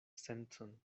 sencon